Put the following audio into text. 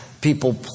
people